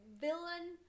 villain